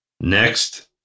Next